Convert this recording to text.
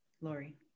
Lori